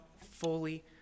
fully